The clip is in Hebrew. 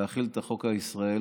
להחיל את החוק הישראלי